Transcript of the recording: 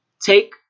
Take